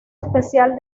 especial